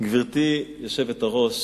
גברתי היושבת-ראש,